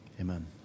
amen